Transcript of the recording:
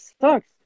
sucks